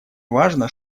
важно